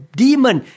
demon